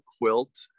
Quilt